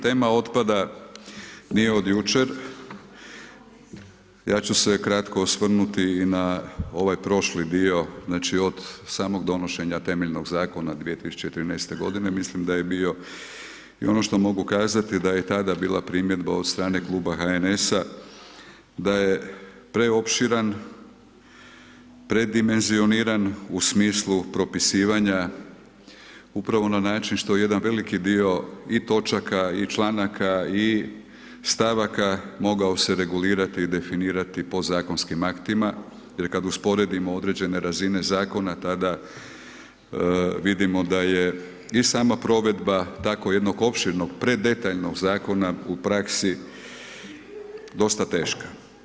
Tema otpada nije od jučer, ja ću se kratko osvrnuti i na ovaj prošli dio, znači od samog donošenja temeljnog zakona od 2013. g., mislim da je bio i ono što mogu kazati da je tada bila primjedba od strane kluba HNS-a da je preopširan, predimenzioniran u smislu propisivanja upravo na način što je jedan veliki dio i točak i članaka i stavaka mogao se regulirati i definirati podzakonskim aktima jer kad usporedimo određene razine zakona, tada vidimo da je i sama provedba tako jednog opširnog, predetaljnog zakona, u praksi dosta teška.